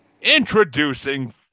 Introducing